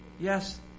Yes